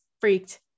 freaked